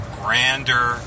grander